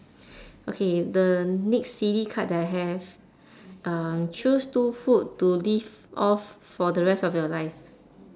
okay the next silly card that I have um choose two food to live off for the rest your life